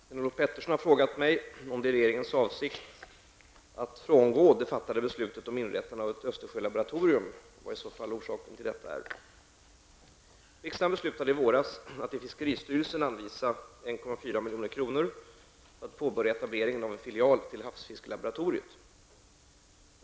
Herr talman! Sven-Olof Petersson har frågat mig om det är regeringens avsikt att frångå det fattade beslutet om inrättande av ett Östersjölaboratorium och vad i så fall orsaken till detta är. Riksdagen beslutade i våras att till fiskeristyrelsen anvisa 1,4 milj.kr. för etablering av en filial till havsfiskelaboratoriet.